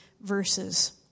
verses